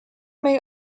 may